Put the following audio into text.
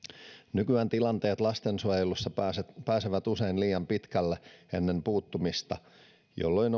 nykyään tilanteet lastensuojelussa pääsevät pääsevät usein liian pitkälle ennen puuttumista jolloin